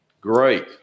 Great